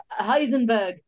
Heisenberg